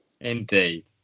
Indeed